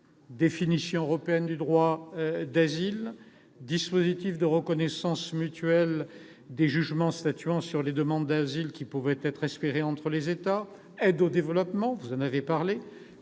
définition européenne du droit d'asile ; le dispositif de reconnaissance mutuelle des jugements statuant sur les demandes d'asile qui pouvait être espéré entre les États ; l'aide au développement qui été